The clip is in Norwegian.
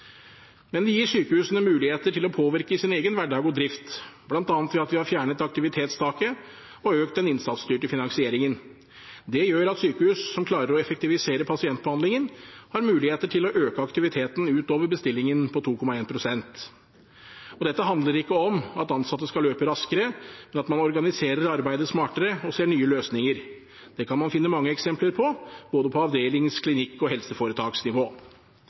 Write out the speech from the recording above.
Men vi gir sykehusene muligheter til å påvirke sin egen hverdag og drift, bl.a. ved at vi har fjernet aktivitetstaket og økt den innsatsstyrte finansieringen. Det gjør at sykehus som klarer å effektivisere pasientbehandlingen, har muligheter til å øke aktiviteten utover bestillingen på 2,1 pst. Dette handler ikke om at ansatte skal løpe raskere, men at man organiserer arbeidet smartere og ser nye løsninger. Det kan man finne mange eksempler på – både på avdelings-, klinikk- og helseforetaksnivå.